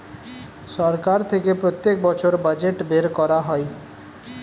সরকার থেকে প্রত্যেক বছর বাজেট বের করা হয়